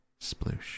sploosh